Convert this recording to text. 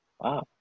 Wow